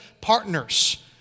partners